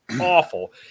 awful